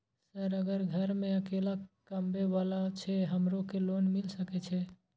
Sir अगर घर में अकेला कमबे वाला छे हमरो के लोन मिल सके छे?